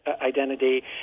identity